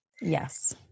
Yes